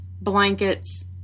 blankets